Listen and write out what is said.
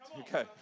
Okay